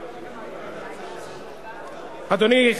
אדוני,